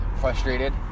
frustrated